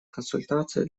консультации